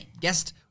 Guest